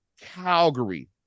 Calgary